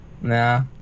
Nah